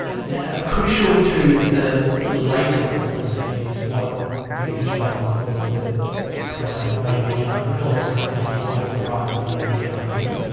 now, crucial to the later philosophies, what wittgenstein calls the private language argument, or has come to be called the private language argument,